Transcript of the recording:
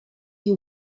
you